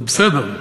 זה בסדר.